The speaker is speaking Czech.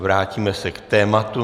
Vrátíme se k tématu.